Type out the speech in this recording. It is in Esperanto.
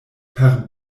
per